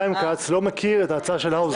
חיים כץ לא מכיר את ההצעה של האוזר.